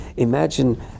Imagine